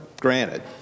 granted